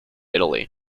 italy